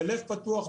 בלב פתוח,